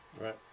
Right